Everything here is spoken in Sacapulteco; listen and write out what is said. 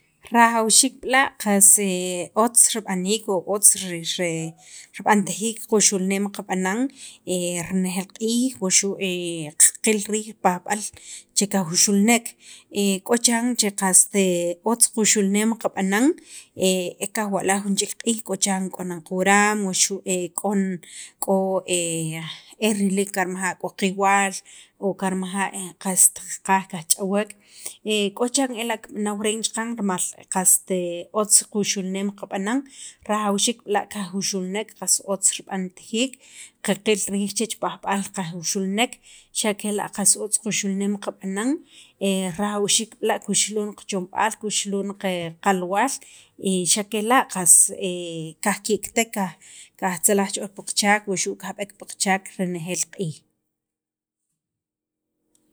Rajawxiik b'la' qas otz rib'aniik o otz re rib'antajiik quxulneem qab'anan renejeel q'iij wuxu' qil riij li pajb'al che qajuxulnek, k'o chiranqast otz quxulneem qanb'anan qajkajwa'laj jun chek q'iij qas k'o nan qawuraam wuxu' k'o e riliik karmaja' k'o qiwal, o karmaja' qast qaqaj qaj ch'awek k'o chiran ela' kib'anaw reen chaqan rimal chiran qast otz quxulneem qab'anan rajawxiik b'la' kajuxulnek qas otz rib'antajiik qaqil riij chech pajb'al kajuxulnek xa' kela' qas otz quxulneem qab'anan rajawxiik b'la' kuxulun qachomb'al kuxulun qalwaal y xa' kela' qas kajki'kitek qajtzajlaj cha ool pi qachaak wuxu' kajb'eek pi qachaak renejeel q'iij